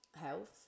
health